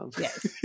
Yes